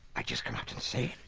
i just come out and say